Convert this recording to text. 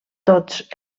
tots